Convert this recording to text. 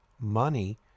money